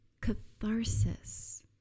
catharsis